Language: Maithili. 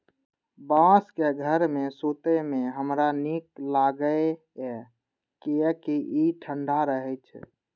बांसक घर मे सुतै मे हमरा नीक लागैए, कियैकि ई ठंढा रहै छै